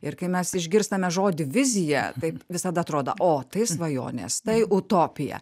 ir kai mes išgirstame žodį vizija taip visada atrodo o tai svajonės tai utopija